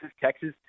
Texas